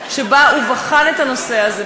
שבו הוא בחן את הנושא הזה,